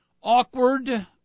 awkward